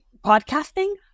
podcasting